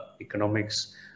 economics